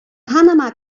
panama